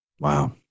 Wow